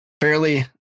fairly